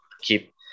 keep